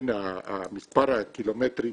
מספר הקילומטרים